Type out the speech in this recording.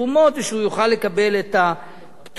שהוא יוכל לקבל את הפטור הזה.